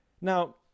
Now